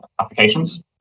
applications